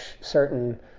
certain